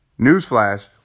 Newsflash